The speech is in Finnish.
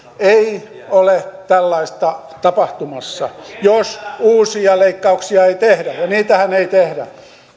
ei ole tällaista tapahtumassa jos uusia leikkauksia ei tehdä ja ja niitähän ei tehdä